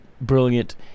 brilliant